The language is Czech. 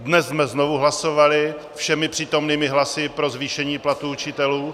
Dnes jsme znovu hlasovali všemi přítomnými hlasy pro zvýšení platů učitelů.